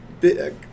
big